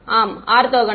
மாணவர் ஆர்த்தோகனல்